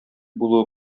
булуы